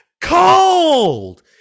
Cold